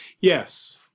yes